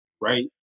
right